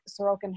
Sorokin